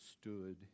stood